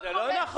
זה לא נכון.